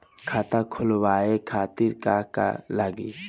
खाता खोलवाए खातिर का का लागी?